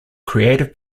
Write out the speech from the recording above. creative